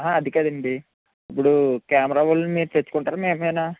అది కాదండి ఇప్పుడు కెమెరా వాళ్ళని మీరు తెచ్చుకుంటారా మేమేనా